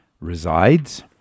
resides